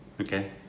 Okay